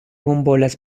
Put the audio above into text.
bonvolas